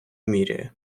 міряє